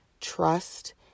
trust